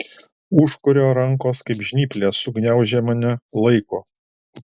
užkurio rankos kaip žnyplės sugniaužė mane laiko